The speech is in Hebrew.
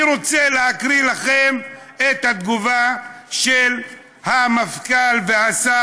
אני רוצה להקריא לכם את התגובה של המפכ"ל והשר